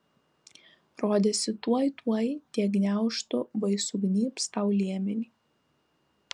rodėsi tuoj tuoj tie gniaužtu vai sugnybs tau liemenį